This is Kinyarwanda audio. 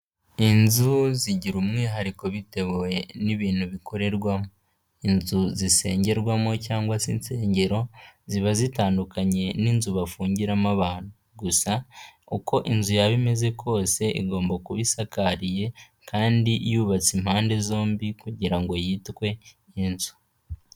Inzu zigira umwihariko bitewe n'ibintu bikorerwamo. Inzu zisengerwamo cyangwa se insengero ziba zitandukanye n'inzu bafungiramo abantu. Gusa uko inzu yaba imeze kose igomba kuba isakariye kandi yubatse impande zombi kugira ngo yitwe inzu.